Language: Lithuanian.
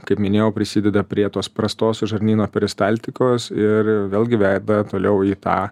kaip minėjau prisideda prie tos prastos žarnyno peristaltikos ir vėlgi veda toliau į tą